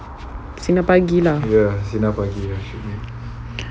sinar pagi lah